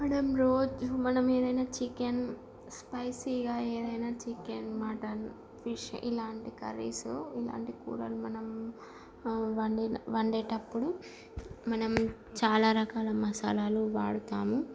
మనం రోజ్ మనం ఏదైన చికెన్ స్పైసీగా ఏదైన చికెన్ మటన్ ఫిష్ ఇలాంటి కర్రీస్ ఇలాంటి కూరలు మనం వండిన వండేటప్పుడు మనం చాలా రకాల మసాలాలు వాడుతాము